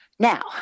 Now